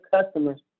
customers